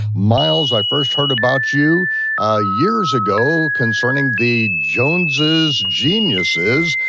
miles, i first heard about you ah years ago concerning the jones's geniuses,